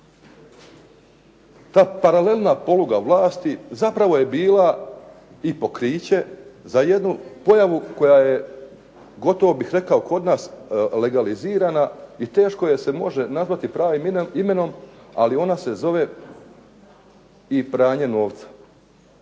ta paralelna poluga vlasti, zapravo je bila pokriće za jednu pojavu koja je gotovo bih rekao kod nas legalizirana i teško je se može nazvati pravim imenom, ali ona se zove i pranje novca.